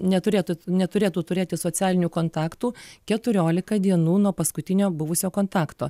neturėtų neturėtų turėti socialinių kontaktų keturiolika dienų nuo paskutinio buvusio kontakto